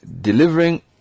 Delivering